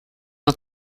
una